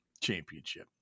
championship